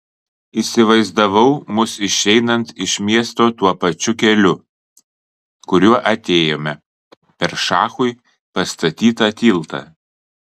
įsivaizdavau mus išeinant iš miesto tuo pačiu keliu kuriuo atėjome per šachui pastatytą tiltą